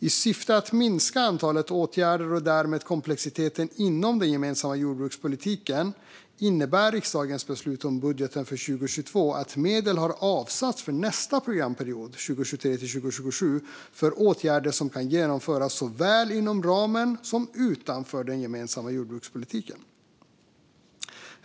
I syfte att minska antalet åtgärder och därmed komplexiteten inom den gemensamma jordbrukspolitiken innebär riksdagens beslut om budgeten för 2022 att medel har avsatts för nästa programperiod, 2023-2027, för åtgärder som kan genomföras såväl inom som utanför den gemensamma jordbrukspolitiken.